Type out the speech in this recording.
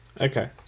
Okay